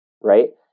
right